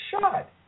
shot